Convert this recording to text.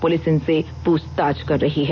police इनसे पूछताछ कर रही है